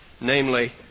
namely